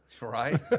Right